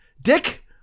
Dick